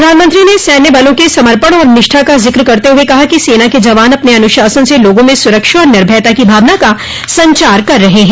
प्रधानमंत्री ने सैन्य बलों के समर्पण और निष्ठा का ज़िक्र करते हुए कहा कि सेना के जवान अपने अनुशासन से लोगों में सुरक्षा और निर्भयता की भावना का संचार कर रहे हैं